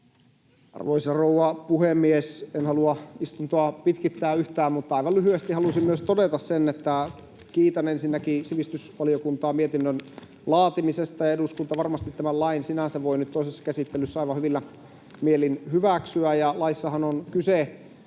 Arvoisa rouva puhemies! En halua istuntoa pitkittää yhtään, mutta aivan lyhyesti haluaisin myös todeta sen, että kiitän ensinnäkin sivistysvaliokuntaa mietinnön laatimisesta ja eduskunta varmasti tämän lain sinänsä voi nyt toisessa käsittelyssä aivan hyvillä mielin hyväksyä. Laissahan on kyse